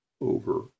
over